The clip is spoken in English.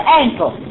ankle